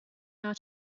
how